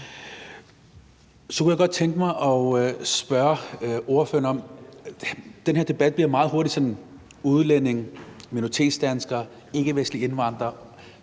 Så kunne jeg godt tænke mig at spørge ordføreren om noget. Den her debat bliver meget hurtigt sådan noget med udlændinge, minoritetsdanskere og ikkevestlige indvandrere,